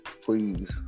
please